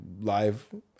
live